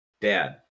Dad